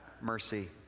mercy